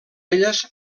elles